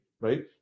right